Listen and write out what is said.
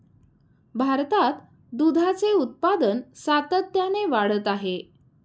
भारतात दुधाचे उत्पादन सातत्याने वाढत आहे